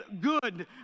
good